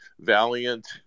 Valiant